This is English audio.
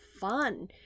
fun